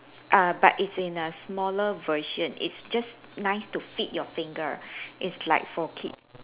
err but it's in a smaller version it's just nice to fit your finger it's like for kids